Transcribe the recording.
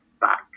back